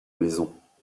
maisons